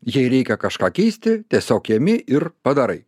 jei reikia kažką keisti tiesiog imi ir padarai